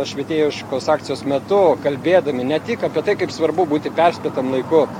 švietėjiškos akcijos metu kalbėdami ne tik apie tai kaip svarbu būti perspėtam laiku